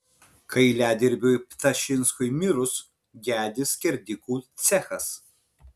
kailiadirbiui ptašinskui mirus gedi skerdikų cechas